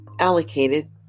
allocated